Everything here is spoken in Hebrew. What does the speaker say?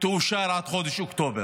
תאושר עד חודש אוקטובר,